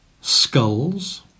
skulls